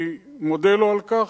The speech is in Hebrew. אני מודה לו על כך,